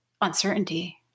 uncertainty